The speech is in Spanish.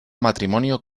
matrimonio